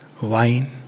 wine